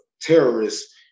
terrorists